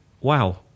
wow